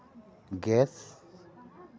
gas